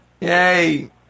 Yay